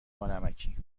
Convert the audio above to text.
بانمکی